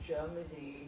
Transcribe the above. Germany